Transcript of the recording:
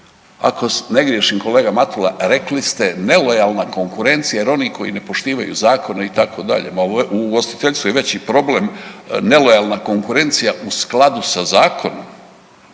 ako ne griješim kolega Matula, rekli ste nelojalna konkurencija jer oni koji ne poštivaju zakone itd. ma u ugostiteljstvu je veći problem nelojalna konkurencija u skladu sa zakonom